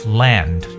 land